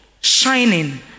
shining